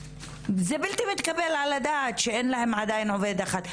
זה בלתי מתקבל על הדעת שאין להם עדיין עובד אחד.